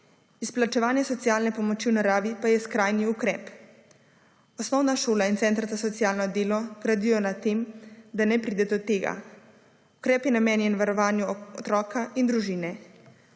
Izplačevanje socialne pomoči v naravi pa je skrajni ukrep. Osnovna šola in center za socialno delo gradijo na tem, da ne pride do tega. Ukrep je namenjen varovanju otroka in družine.